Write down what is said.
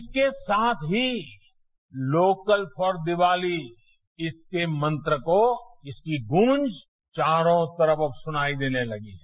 इसके साथ ही लोकल फॉर दीवाली इसके मंत्र को इसकी गूंज चारों तरफ अब सुनाई देने लगी है